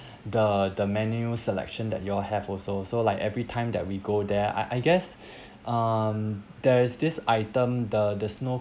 the the menu selection that you all have also so like every time that we go there I I guess um there is this item the the snow